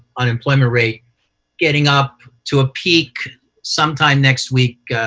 unemployment rate getting up to a peak sometime next week.